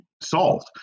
solved